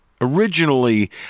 Originally